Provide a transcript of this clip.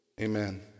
Amen